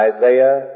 Isaiah